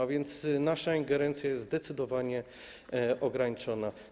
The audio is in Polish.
A więc nasza ingerencja jest zdecydowanie ograniczona.